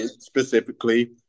specifically